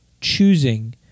choosing